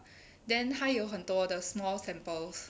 then 他有很多 the small samples